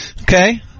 Okay